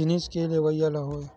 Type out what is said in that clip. जिनिस के लेवइया ल होवय